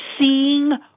seeing